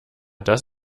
das